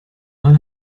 mal